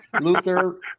Luther